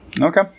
okay